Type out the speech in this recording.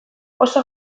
oso